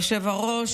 היושב-ראש,